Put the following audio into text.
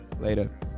Later